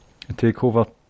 Takeover